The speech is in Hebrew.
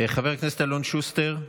חבר הכנסת אלון שוסטר,